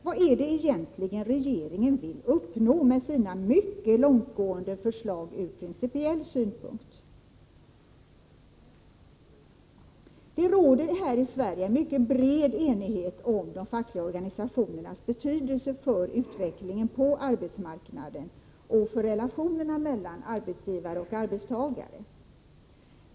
Vad är det egentligen regeringen vill uppnå med sina mycket långtgående förslag ur principiell synpunkt? Det råder här i Sverige en mycket bred enighet om de fackliga organisationernas betydelse för utvecklingen på arbetsmarknaden och för relationerna mellan arbetsgivare och arbetstagare.